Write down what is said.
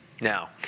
Now